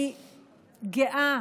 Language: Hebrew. אני גאה